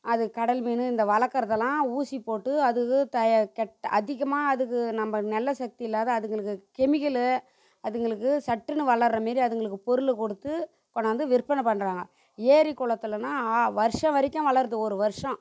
அது கடல் மீன் இந்த வளர்க்குறதெல்லாம் ஊசி போட்டு அது இது தய கெட்ட அதிகமாக அதுக்கு நம்ம நல்ல சக்தி இல்லாத அதுங்களுக்கு கெமிக்கல் அதுங்களுக்கு சட்டுன்னு வளர்கிற மாரி அதுங்களுக்கு பொருள் கொடுத்து கொண்டாந்து விற்பனை பண்ணுறாங்க ஏரி குளத்துலலாம் ஆ வருடம் வரைக்கும் வளருது ஒரு வருடம்